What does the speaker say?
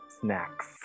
snacks